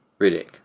Riddick